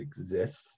exists